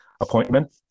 appointment